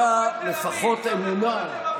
הייתה לפחות אמונה,